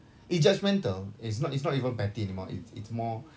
it judgemental it's not it's not even petty anymore it's it's more